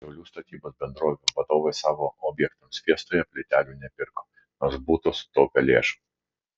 šiaulių statybos bendrovių vadovai savo objektams fiestoje plytelių nepirko nors būtų sutaupę lėšų